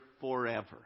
forever